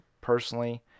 personally